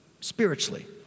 spiritually